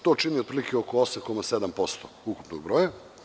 To čini otprilike oko 8,7% ukupnog broja.